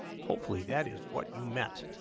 hopefully that is what you meant